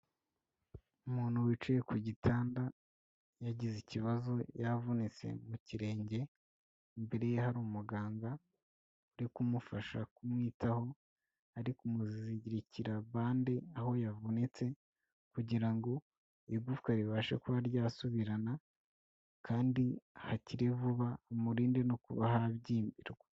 Umuntu wicaye ku gitanda yagize ikibazo yavunitse mu kirenge, imbere ye hari umuganga uri kumufasha kumwitaho, ari kumuzirikira bande aho yavunitse kugira ngo igufwa ribashe kuba ryasubirana kandi hakire vuba, bimurinde no kuba habyimbirwa.